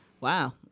wow